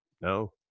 no